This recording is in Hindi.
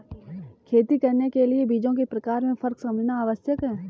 खेती करने के लिए बीजों के प्रकार में फर्क समझना आवश्यक है